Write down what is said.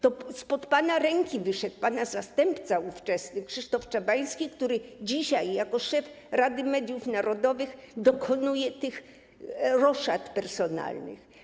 To spod pana ręki wyszedł pana ówczesny zastępca Krzysztof Czabański, który dzisiaj jako szef Rady Mediów Narodowych dokonuje tych roszad personalnych.